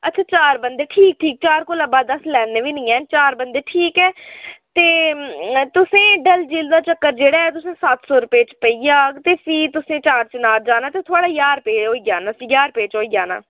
अच्छा चार बंदे ठीक ठीक चार कोला बद्ध अस लैन्ने बी निं हैन चार बंदे ठीक ऐ ते तुसेंईं डल झील दा चक्कर जेह्ड़ा ऐ तुसें ई सत्त सौ रपेऽ च पेई जाह्ग ते फ्ही तुसें चार चिनार जाना ते थुआढ़ा ज्हार रपेऽ होई जाना ते ज्हार रपेऽ च होई जाना